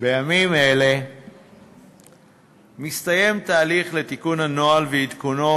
בימים אלה מסתיים תהליך לתיקון הנוהל ועדכונו